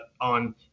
on